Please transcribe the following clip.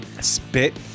Spit